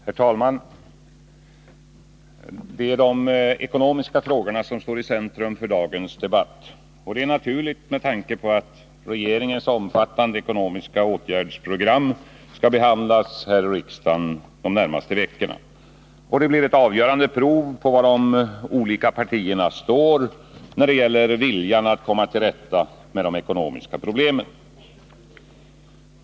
Herr talman! De ekonomiska frågorna står i centrum för dagens debatt. Det är naturligt med tanke på att regeringens omfattande ekonomiska åtgärdsprogram skall behandlas av riksdagen de närmaste veckorna. Det blir ett avgörande prov på var de olika partierna står när det gäller viljan att komma till rätta med de ekonomiska problemen.